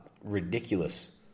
ridiculous